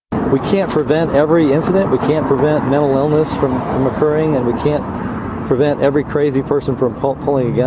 we can't prevent every incident. we can't prevent mental illness from from occurring, and we can't prevent every crazy person from hulk pulling yeah